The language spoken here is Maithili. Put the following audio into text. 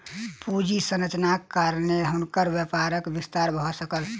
पूंजी संरचनाक कारणेँ हुनकर व्यापारक विस्तार भ सकल